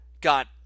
got